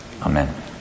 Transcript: Amen